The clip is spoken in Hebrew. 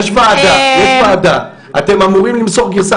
יש ועדה, אתם אמורים למסור גרסה.